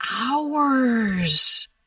hours